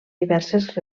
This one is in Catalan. diverses